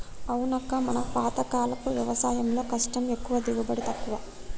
అవునక్క మన పాతకాలపు వ్యవసాయంలో కష్టం ఎక్కువ దిగుబడి తక్కువ